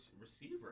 receiver